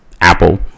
Apple